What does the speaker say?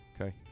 Okay